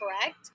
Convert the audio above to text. correct